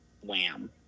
wham